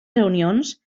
reunions